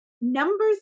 Number